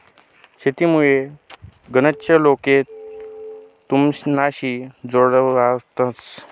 शेतीमुये गनच लोके तुमनाशी जोडावतंस